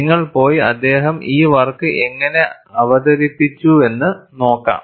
നിങ്ങൾ പോയി അദ്ദേഹം ഈ വർക്ക് എങ്ങനെ അവതരിപ്പിച്ചുവെന്ന് നോക്കാം